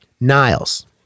Niles